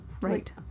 right